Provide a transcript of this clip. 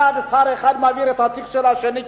שר אחד מעביר את התיק של השני,